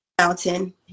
mountain